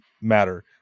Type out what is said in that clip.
matter